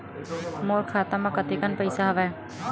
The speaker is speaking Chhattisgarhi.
मोर खाता म कतेकन पईसा हवय?